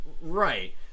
right